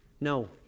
No